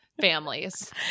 families